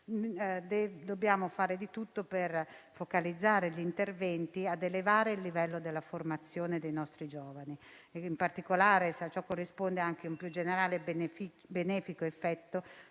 dobbiamo fare di tutto per focalizzare gli interventi volti ad elevare il livello della formazione dei nostri giovani, in particolare se a ciò corrisponde anche un più generale benefico effetto